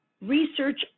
Research